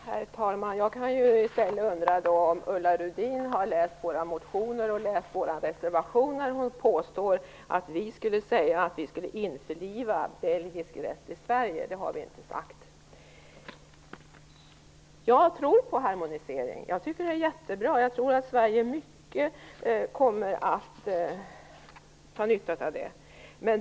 Herr talman! Jag kan i stället undra om Ulla Rudin har läst våra motioner och vår reservation. Hon påstår att vi har sagt att vi skall införliva belgisk rätt i Sverige. Det har vi inte sagt. Jag tror på harmonisering. Jag tycker att det är jättebra. Jag tror att Sverige kommer att ha stor nytta av det.